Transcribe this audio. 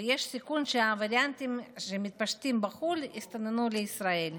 ויש סיכון שהווריאנטים המתפשטים בחו"ל הסתננו לישראל.